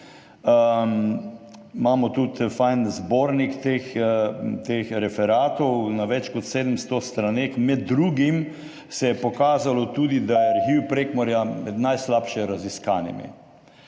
Imamo tudi dober zbornik teh referatov na več kot 700 straneh. Med drugim se je pokazalo tudi, da je arhiv Prekmurja med najslabše raziskanimi.